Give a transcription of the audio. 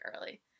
early